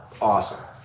Awesome